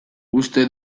uste